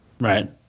Right